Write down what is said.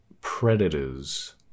predators